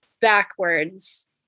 backwards